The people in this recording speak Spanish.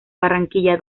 barranquilla